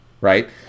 right